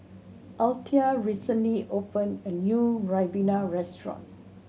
Althea recently opened a new ribena restaurant